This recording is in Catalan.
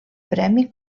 premi